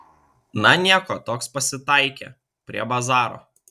na nieko toks pasitaikė prie bazaro